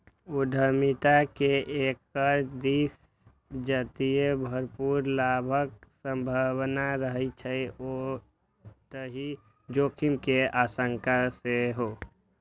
उद्यमिता मे एक दिस जतय भरपूर लाभक संभावना रहै छै, ओतहि जोखिम के आशंका सेहो